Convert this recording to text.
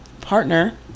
partner